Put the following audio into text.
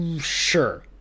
Sure